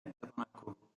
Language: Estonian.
ettepaneku